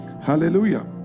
Hallelujah